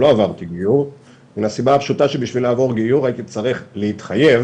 לא עברתי גיור מהסיבה הפשוטה שבשביל לעבור גיור הייתי צריך להתחייב,